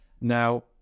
now